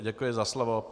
Děkuji za slovo.